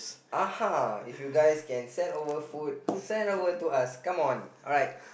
uh if you guys can send over food send over to us come on alright